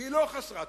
והיא לא חסרת אונים.